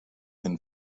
and